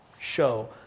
show